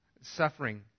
Suffering